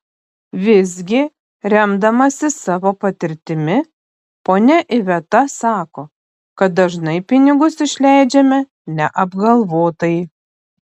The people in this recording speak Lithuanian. visgi remdamasi savo patirtimi ponia iveta sako kad dažnai pinigus išleidžiame neapgalvotai